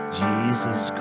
jesus